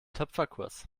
töpferkurs